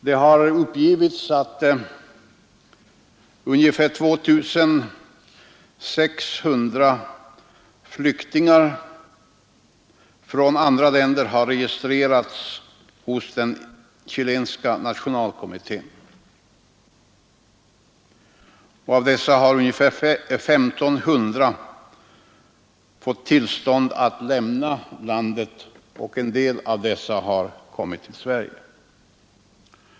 Det har uppgivits att ungefär 2600 flyktingar från andra länder har registrerats hos den chilenska nationalkommittén. Av den har ungefär 1 500 fått tillstånd att lämna landet, och en del av dessa har kommit till Sverige.